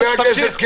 חבר הכנסת קלנר.